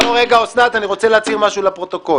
לא, רגע, אוסנת, אני רוצה להצהיר משהו לפרוטוקול.